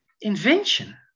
invention